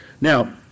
Now